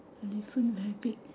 elephant very big